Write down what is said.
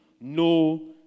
no